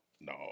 No